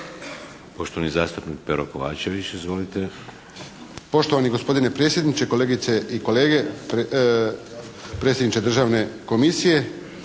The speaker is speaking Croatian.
Poštovani zastupnik Pero Kovačević. Izvolite! **Kovačević, Pero (HSP)** Poštovani gospodine predsjedniče, kolegice i kolege, predsjedniče Državne komisije!